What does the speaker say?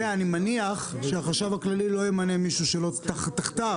אני מניח שהחשב הכללי לא ימנה מישהו שלא תחתיו.